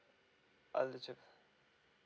eligible